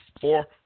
four